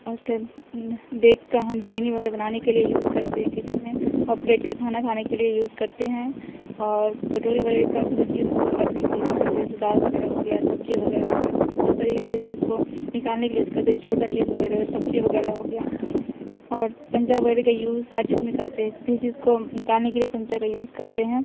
اور اس کا دیکھ کر ہم بریانی وغیرہ بنانے کے لیے یوز کرتے ہیں کچن میں اور پلیٹ کا کھانا کھانے کے لیے یوز کرتے ہیں اور کٹوری وغیرہ کا کسی چیز کو رکھنے کے لیے یوز کرتے ہیں جیسے دال وغیرہ ہو گیا سبزی وغیرہ ہو گیا اس طریقے سے چیز کو نکالنے کے لیے یوز کرتے چھوٹا چیز وغیرہ ہو سبزی وغیرہ ہو گیا اور چمچا وغیرہ کا یوز ہر چیز میں کرتے ہیں کسی چیز کو نکالنے کے لیے چمچہ کا یوز کرتے ہیں